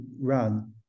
run